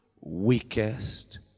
weakest